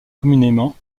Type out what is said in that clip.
communément